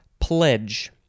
pledge